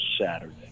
Saturday